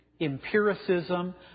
empiricism